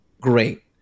great